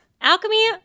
alchemy